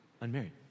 unmarried